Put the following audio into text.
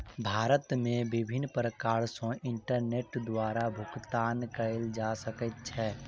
भारत मे विभिन्न प्रकार सॅ इंटरनेट द्वारा भुगतान कयल जा सकै छै